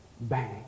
bang